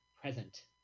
present